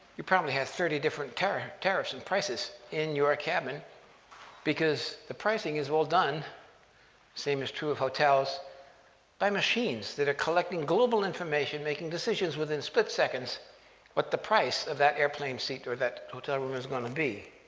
you probably had thirty different tariffs tariffs and prices in your cabin because the pricing is all done the same is true of hotels by machines that are collecting global information, making decisions within split seconds what the price of that airplane seat or that hotel room is going to be.